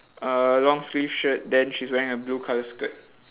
uh long sleeve shirt then she's wearing a blue colour skirt